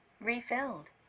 refilled